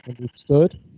Understood